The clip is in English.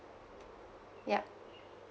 yup